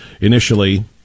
initially